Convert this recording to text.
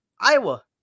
Iowa